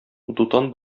дутан